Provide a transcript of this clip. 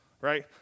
right